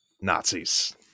Nazis